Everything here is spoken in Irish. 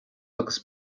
agus